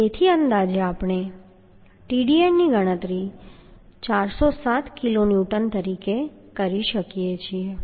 તેથી અંદાજે પણ આપણે Tdn ની ગણતરી 407 કિલોન્યુટન તરીકે કરી શકીએ છીએ